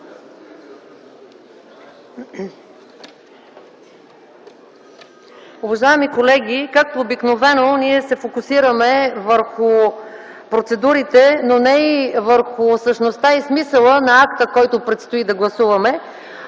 Уважаеми колеги, както обикновено ние се фокусираме върху процедурите, но не и върху същността и смисъла на акта, който предстои да гласуваме.